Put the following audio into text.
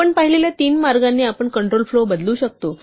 आपण पाहिलेल्या तीन मार्गांनी आपण कंट्रोल फ्लो बदलू शकतो